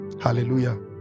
hallelujah